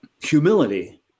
humility